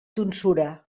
tonsura